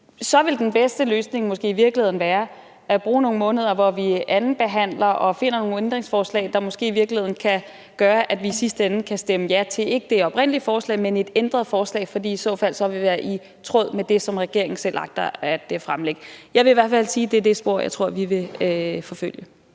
så vil den bedste løsning måske i virkeligheden være at bruge nogle måneder, hvor vi andenbehandler og finder frem til nogle ændringsforslag, der måske kan gøre, at vi i sidste ende kan stemme ja til ikke det oprindelige forslag, men et ændret forslag, fordi det i så fald vil være i tråd med det, som regeringen selv agter at fremsætte. Jeg tror i hvert fald, at det er det spor, vi vil forfølge.